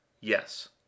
yes